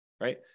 right